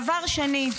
דבר שני,